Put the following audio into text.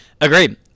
Agreed